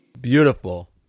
beautiful